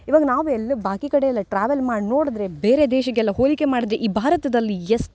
ಇವಾಗ ನಾವು ಎಲ್ಲಿ ಬಾಕಿ ಕಡೆ ಎಲ್ಲ ಟ್ರಾವೆಲ್ ಮಾಡಿ ನೋಡಿದ್ರೆ ಬೇರೆ ದೇಶಕ್ಕೆ ಎಲ್ಲ ಹೋಲಿಕೆ ಮಾಡಿದರೆ ಈ ಭಾರತದಲ್ಲಿ ಎಷ್ಟು